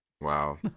Wow